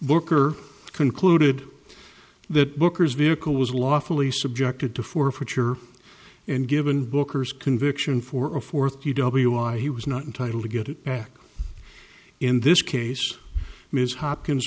booker concluded that booker's vehicle was lawfully subjected to forfeiture and given booker's conviction for a fourth t w i he was not entitled to get it back in this case ms hopkins